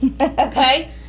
okay